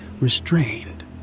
restrained